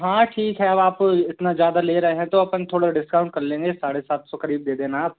हँ ठीक है अब आप इतना ज्यादा ले रहे हैं तो अपन थोड़ा डिस्काउंट कर लेंगे साढ़े सात सौ करीब दे देना आप